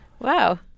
Wow